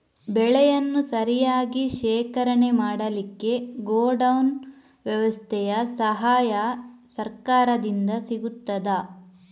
ಬೆಳೆಯನ್ನು ಸರಿಯಾಗಿ ಶೇಖರಣೆ ಮಾಡಲಿಕ್ಕೆ ಗೋಡೌನ್ ವ್ಯವಸ್ಥೆಯ ಸಹಾಯ ಸರಕಾರದಿಂದ ಸಿಗುತ್ತದಾ?